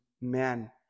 man